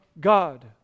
God